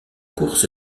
course